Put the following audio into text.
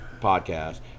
podcast